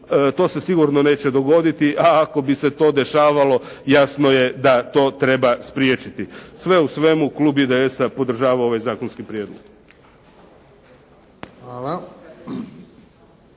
To se sigurno neće dogoditi. A ako bi se to dešavalo jasno je da to treba spriječiti. Sve u svemu Klub IDS-a podržava ovaj zakonski prijedlog.